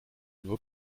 nur